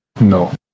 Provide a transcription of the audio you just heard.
No